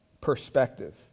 perspective